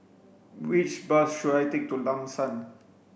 which bus should I take to Lam San